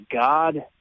God